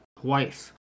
Twice